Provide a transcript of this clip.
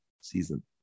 season